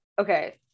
Okay